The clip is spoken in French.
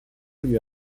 lui